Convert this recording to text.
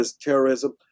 terrorism